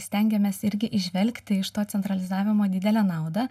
stengiamės irgi įžvelgti iš to centralizavimo didelę naudą